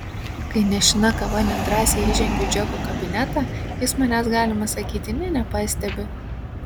kai nešina kava nedrąsiai įžengiu į džeko kabinetą jis manęs galima sakyti nė nepastebi